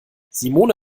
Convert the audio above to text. simone